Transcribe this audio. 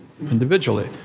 individually